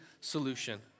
solution